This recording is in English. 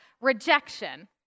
rejection